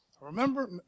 Remember